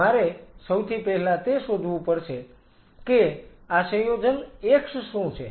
મારે સૌથી પહેલા તે શોધવું પડશે કે આ સંયોજન x શું છે